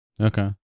okay